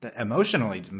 emotionally